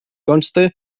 conste